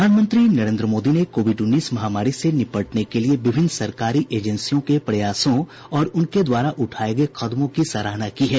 प्रधानमंत्री नरेन्द्र मोदी ने कोविड उन्नीस महामारी से निपटने के लिए विभिन्न सरकारी एजेंसियों के प्रयासों और उनके द्वारा उठाये गये कदमों की सराहना की है